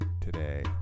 today